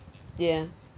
ya